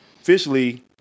officially